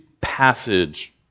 passage